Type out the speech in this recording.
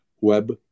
web